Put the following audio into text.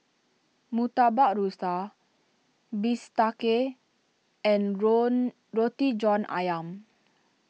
Murtabak Rusa Bistake and run Roti John Ayam